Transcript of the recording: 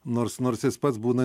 nors nors jis pats būna